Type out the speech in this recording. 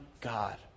God